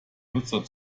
nutzer